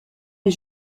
les